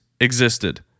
existed